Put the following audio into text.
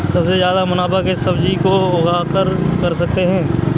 सबसे ज्यादा मुनाफा किस सब्जी को उगाकर कर सकते हैं?